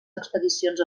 expedicions